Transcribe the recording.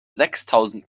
sechstausend